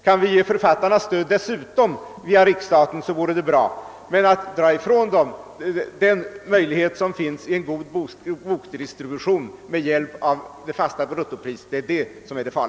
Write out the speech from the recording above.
Kan vi dessutom ge stöd åt författarna via riksstaten, är detta gott och väl, men vad som är farligt är att undandra dem möjligheten till en god bokdistribution med hjälp av fasta bruttopriser.